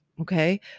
okay